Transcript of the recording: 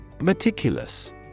Meticulous